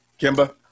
Kimba